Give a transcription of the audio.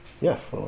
Yes